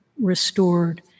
restored